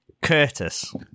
Curtis